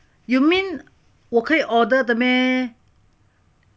you mean 我可以 order 的 meh